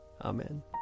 Amen